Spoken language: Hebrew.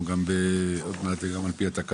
אנחנו גם צריכים להפסיק עוד מעט על פי התקנון.